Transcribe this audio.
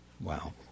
Wow